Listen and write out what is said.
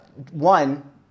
One